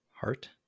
Heart